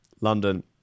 London